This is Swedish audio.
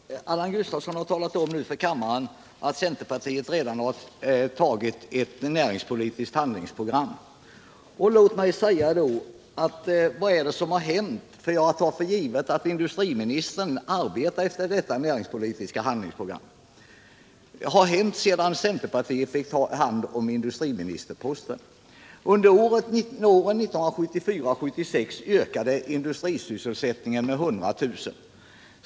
Herr talman! Allan Gustafsson har nu talat om för kammaren att centerpartiet redan har antagit ett näringspolitiskt handlingsprogram, och jag tar för givet att industriministern arbetar efter detta program. Men vad är det då som har hänt? Vad har hänt sedan centerpartiet fick ta hand om industriministerposten? Under åren 1974-1976 ökade industrisysselsättningen med 100 000 anställda.